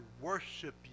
worship